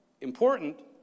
Important